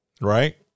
Right